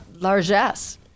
largesse